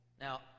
Now